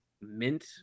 mint